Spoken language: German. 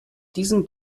diesem